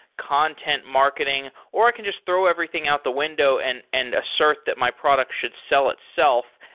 content marketing, or i can just throw everything out the window and and assert that my product should sell itself.